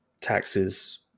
taxes